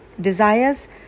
desires